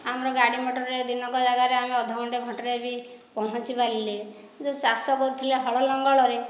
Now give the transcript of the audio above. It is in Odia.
ଆମେ ଗାଡ଼ି ମଟର୍ରେ ଦିନକ ଯାଗାରେ ଆମେ ଅଧଘଣ୍ଟା ଘଣ୍ଟାରେ ବି ପହଞ୍ଚିପାରିଲେ ଯେଉଁ ଚାଷ କରୁଥିଲେ ହଳ ଲଙ୍ଗଳରେ